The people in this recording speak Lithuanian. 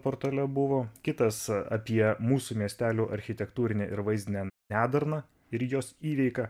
portale buvo kitas apie mūsų miestelių architektūrinę ir vaizdinę nedarną ir jos įveiką